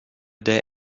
der